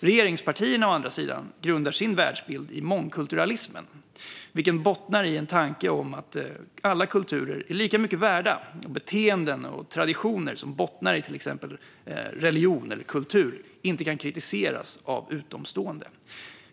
Regeringspartierna däremot grundar sin världsbild i mångkulturalismen, vilken bottnar i en tanke om att alla kulturer är lika mycket värda och att beteenden och traditioner som bottnar i exempelvis religion eller kultur inte kan kritiseras av utomstående.